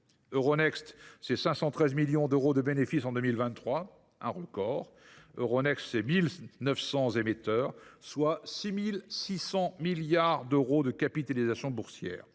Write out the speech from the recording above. Euronext, c’est 513 millions d’euros de bénéfice en 2023 – un record –, 1 900 émetteurs et 6 600 milliards d’euros de capitalisation boursière.